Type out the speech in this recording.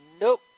Nope